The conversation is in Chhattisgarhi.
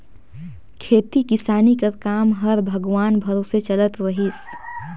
खेती किसानी कर काम हर भगवान भरोसे चलत रहिस